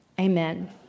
Amen